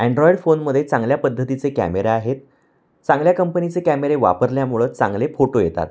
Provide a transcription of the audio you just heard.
Android फोनमध्ये चांगल्या पद्धतीचे कॅमेरा आहेत चांगल्या कंपनीचे कॅमेरे वापरल्यामुळं चांगले फोटो येतात